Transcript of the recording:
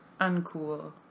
Uncool